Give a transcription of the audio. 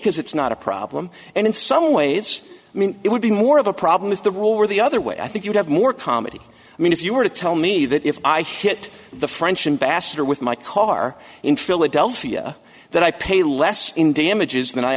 a cause it's not a problem and in some ways i mean it would be more of a problem is the rule where the other way i think you'd have more comedy i mean if you were to tell me that if i hit the french ambassador with my car in philadelphia that i pay less in damages